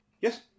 Yes